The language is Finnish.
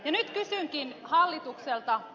nyt kysynkin hallitukselta